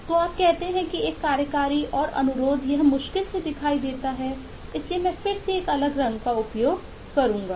तो आप कहते हैं कि एक कार्यकारी और अनुरोध यह मुश्किल से दिखाई देता है इसलिए मैं फिर से एक अलग रंग का उपयोग करूंगा